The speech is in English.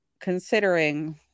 considering